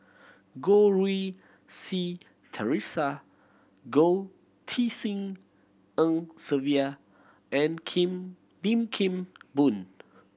Goh Rui Si Theresa Goh Tshin En Sylvia and Kim Lim Kim Boon